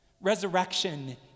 Resurrection